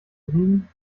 legen